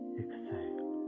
exhale